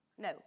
no